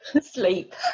sleep